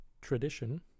tradition